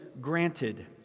granted